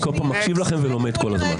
אני כל פעם מקשיב לכם ולומד כל הזמן.